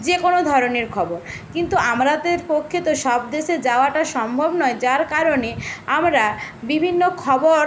যে কোনো ধরনের খবর কিন্তু আমাদের পক্ষে তো সব দেশে যাওয়াটা সম্ভব নয় যার কারণে আমরা বিভিন্ন খবর